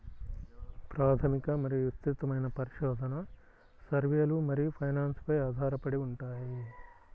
ప్రాథమిక మరియు విస్తృతమైన పరిశోధన, సర్వేలు మరియు ఫైనాన్స్ పై ఆధారపడి ఉంటాయి